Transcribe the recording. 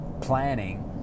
planning